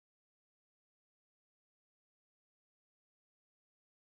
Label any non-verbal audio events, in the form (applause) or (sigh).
(unintelligible)